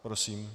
Prosím.